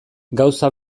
gauza